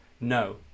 no